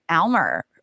Almer